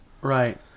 Right